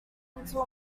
until